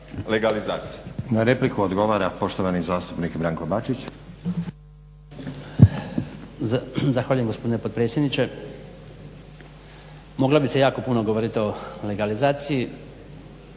Nenad (SDP)** Na repliku odgovara poštovani zastupnik Branko Bačić. **Bačić, Branko (HDZ)** Zahvaljujem gospodine potpredsjedniče. Moglo bi se jako puno govoriti o legalizaciji,